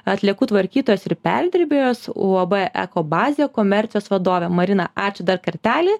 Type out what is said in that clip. atliekų tvarkytojos ir perdirbėjos uab ekobazė komercijos vadovė marina ačiū dar kartelį